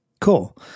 Cool